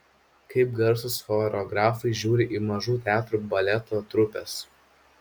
kaip garsūs choreografai žiūri į mažų teatrų baleto trupes